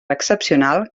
excepcional